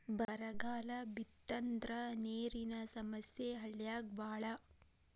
ಬರಗಾಲ ಬಿತ್ತಂದ್ರ ನೇರಿನ ಸಮಸ್ಯೆ ಹಳ್ಳ್ಯಾಗ ಬಾಳ